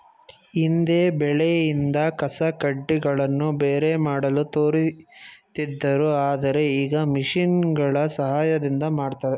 ಹಿಂದೆ ಬೆಳೆಯಿಂದ ಕಸಕಡ್ಡಿಗಳನ್ನು ಬೇರೆ ಮಾಡಲು ತೋರುತ್ತಿದ್ದರು ಆದರೆ ಈಗ ಮಿಷಿನ್ಗಳ ಸಹಾಯದಿಂದ ಮಾಡ್ತರೆ